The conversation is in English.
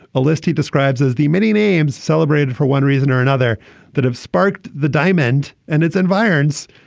a list he describes as the many names celebrated for one reason or another that have sparked the diamond and its environs,